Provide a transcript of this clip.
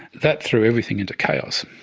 that threw everything into chaos.